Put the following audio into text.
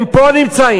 הם פה נמצאים,